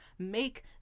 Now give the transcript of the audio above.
make